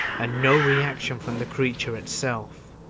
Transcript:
and no reaction from the creature itself.